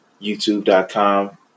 youtube.com